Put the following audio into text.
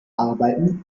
arbeiten